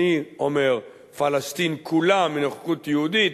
אני אומר: פלסטין כולה מנוכחות יהודית,